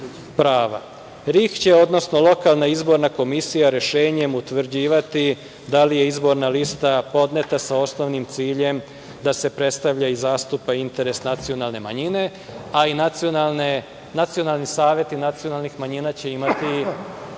komisija, odnosno, lokalna izborna komisija će rešenjem utvrđivati da li je izborna lista podneta sa osnovnim ciljem da se predstavlja i zastupa interes nacionalne manjine, a i Nacionalni saveti nacionalnih manjina će imati